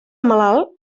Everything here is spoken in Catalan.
malalt